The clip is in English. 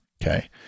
okay